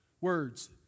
words